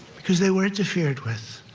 because they were interfered with.